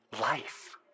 life